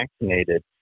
vaccinated